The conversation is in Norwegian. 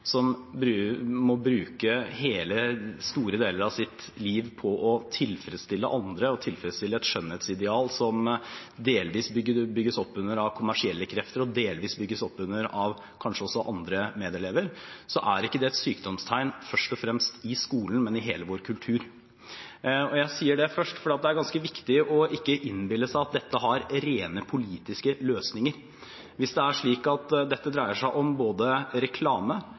som mennesker, må bruke store deler av sitt liv på å tilfredsstille andre og tilfredsstille et skjønnhetsideal som delvis bygges opp under av kommersielle krefter, og delvis bygges opp under av kanskje også andre medelever, så er ikke det et sykdomstegn først og fremst i skolen, men i hele vår kultur. Jeg sier det først, fordi det er ganske viktig ikke å innbille seg at dette har rent politiske løsninger, hvis det er slik at dette dreier seg om både reklame,